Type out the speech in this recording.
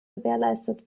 gewährleistet